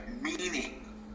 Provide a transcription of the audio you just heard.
meaning